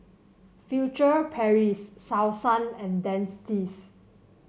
Furtere Paris Selsun and Dentiste